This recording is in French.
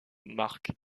marque